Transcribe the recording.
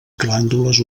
glàndules